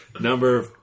Number